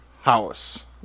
house